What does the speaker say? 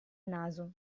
naso